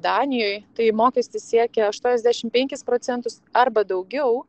danijoj tai mokestis siekia aštuoniasdešim penkis procentus arba daugiau